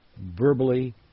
verbally